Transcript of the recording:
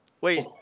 Wait